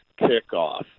kickoff